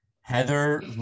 Heather